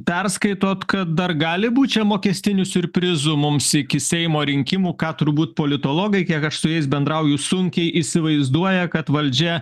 perskaitot kad dar gali būti čia mokestinių siurprizų mums iki seimo rinkimų ką turbūt politologai kiek aš su jais bendrauju sunkiai įsivaizduoja kad valdžia